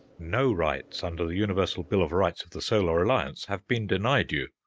no rights under the universal bill of rights of the solar alliance have been denied you,